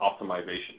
optimization